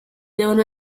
devono